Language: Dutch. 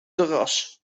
terras